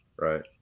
Right